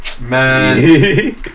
man